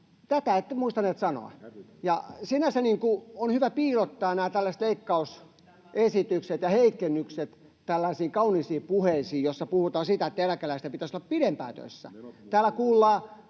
Tätä ette muistaneet sanoa. Sinänsä on hyvä piilottaa nämä tällaiset leikkausesitykset ja heikennykset tällaisiin kauniisiin puheisiin, joissa puhutaan, että eläkeläisten pitäisi olla pidempään töissä.